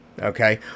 Okay